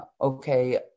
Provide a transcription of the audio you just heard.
okay